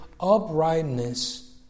uprightness